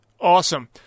Awesome